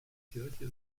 kirche